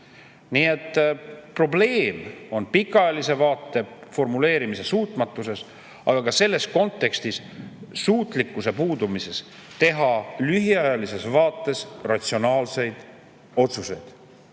Nii et probleem on pikaajalise vaate formuleerimise suutmatuses, aga selles kontekstis ka puuduvas suutlikkuses teha lühiajalises vaates ratsionaalseid otsuseid.